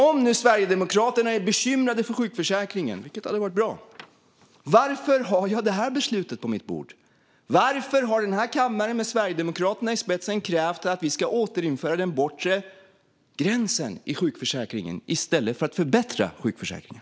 Om nu Sverigedemokraterna är bekymrade för sjukförsäkringen, vilket hade varit bra: Varför har jag det här beslutet på mitt bord? Varför har kammaren med Sverigedemokraterna i spetsen krävt att vi ska återinföra den bortre gränsen i sjukförsäkringen i stället för att förbättra sjukförsäkringen?